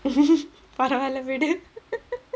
பரவால விடு:paravaala vidu